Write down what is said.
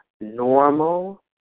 normal